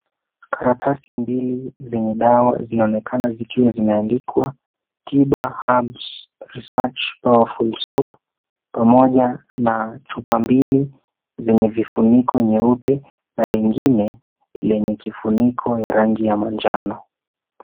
Karatasi mbili zenye dawa zinaonekana zikiwa zimeandikwa tiba herbs research powerful soap pamoja na chupa mbili zenye vifuniko nyeupe na lingine lenye kifuniko ya rangi ya manjano.